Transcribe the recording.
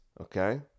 Okay